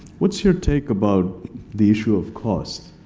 what's your take about the issue of cost?